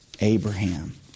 Abraham